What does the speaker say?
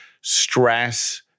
stress